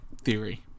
theory